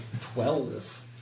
Twelve